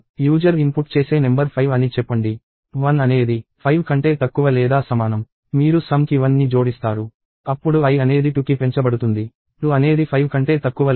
user input చేసే number 5 అని చెప్పండి 1 అనేది 5 కంటే తక్కువ లేదా సమానం మీరు సమ్ కి 1ని జోడిస్తారు అప్పుడు i అనేది 2కి పెంచబడుతుంది 2 అనేది 5 కంటే తక్కువ లేదా సమానం